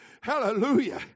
Hallelujah